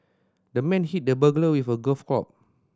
the man hit the burglar with a golf club